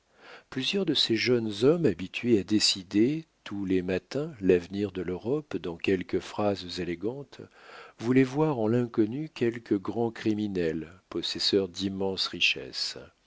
plusieurs de ces jeunes hommes habitués à décider tous les matins l'avenir de l'europe dans quelques phrases élégantes voulaient voir en l'inconnu quelque grand criminel possesseur d'immenses richesses